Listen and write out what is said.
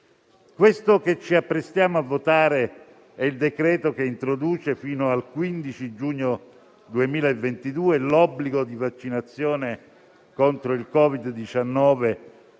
Questo che ci apprestiamo a votare è il decreto-legge che introduce fino al 15 giugno 2022 l'obbligo di vaccinazione contro il Covid-19